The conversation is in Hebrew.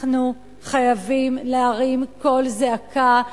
אנחנו חייבים להרים קול זעקה.